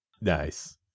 Nice